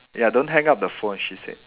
ya don't hang up the phone she said